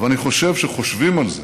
אבל אני חושב שכשחושבים על זה